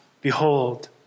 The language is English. behold